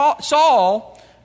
Saul